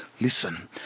listen